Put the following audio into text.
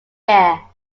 year